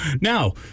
now